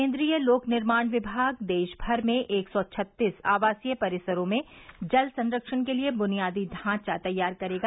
केंद्रीय लोक निर्माण विभाग देश भर में एक सौ छत्तीस आवासीय परिसरों में जल संरक्षण के लिए बुनियादी ढांचा तैयार करेगा